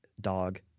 dog